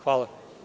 Hvala.